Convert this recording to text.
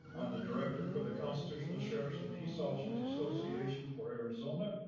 i'm the director for the constitutional sheriffs and peace officers association for arizona.